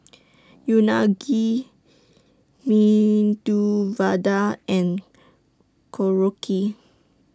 Unagi Medu Vada and Korokke